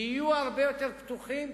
תהיו הרבה יותר פתוחים,